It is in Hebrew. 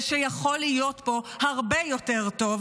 ושיכול להיות פה הרבה יותר טוב.